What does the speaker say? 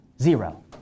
Zero